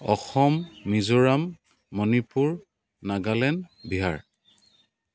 Assam Mizoram Manipur Nagaland Bihar